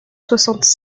soixante